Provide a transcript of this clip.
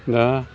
दा